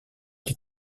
des